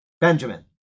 Benjamin